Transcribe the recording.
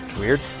weird.